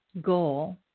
goal